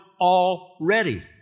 already